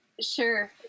Sure